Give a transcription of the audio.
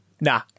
nah